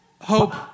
hope